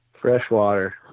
Freshwater